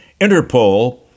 Interpol